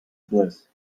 bliss